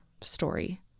story